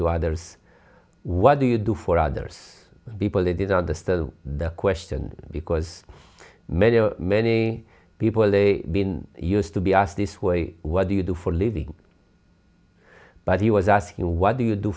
others what do you do for others people they didn't understand the question because many many people they been used to be asked this way what do you do for a living but he was asking what do you do